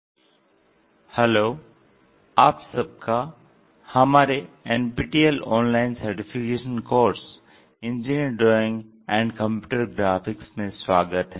orthographic projections II भाग 7 hello आप सबका हमारे NPTEL online certification course engineering drawing and computer graphics में स्वागत है